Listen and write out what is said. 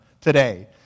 today